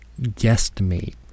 guesstimate